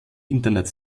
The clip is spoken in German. internet